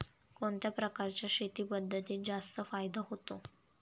कोणत्या प्रकारच्या शेती पद्धतीत जास्त फायदा होतो?